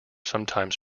sometimes